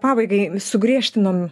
pabaigai sugriežtinom